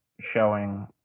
showing